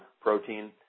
protein